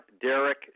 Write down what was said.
Derek